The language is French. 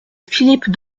philippe